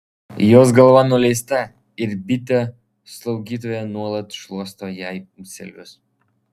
jos galva nuleista ir bitė slaugytoja nuolat šluosto jai ūselius